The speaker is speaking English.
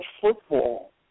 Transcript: football